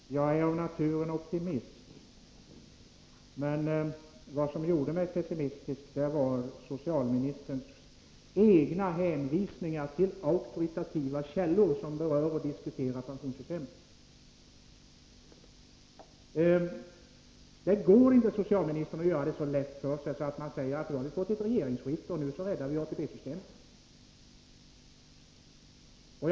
Fru talman! Jag är av naturen optimist, men det som gjorde mig pessimistisk var socialministerns egna hänvisningar till auktoritativa källor som berör och diskuterar pensionssystemet. Det går inte, socialministern, att göra det så lätt för sig att man säger att eftersom man nu har fått ett regeringsskifte, är ATP-systemet därmed räddat.